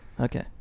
okay